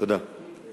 תודה.